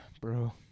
bro